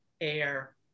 air